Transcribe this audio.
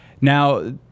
Now